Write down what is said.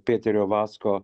peterio vasko